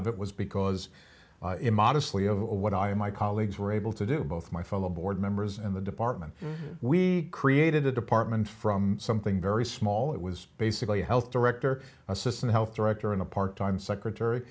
of it was because immodestly of what i and my colleagues were able to do both my fellow board members in the department we created the department from something very small it was basically a health director assistant health director and a part time secretary